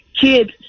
kids